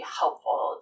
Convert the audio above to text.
helpful